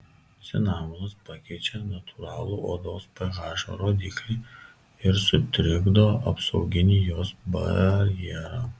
cinamonas pakeičia natūralų odos ph rodiklį ir sutrikdo apsauginį jos barjerą